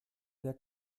der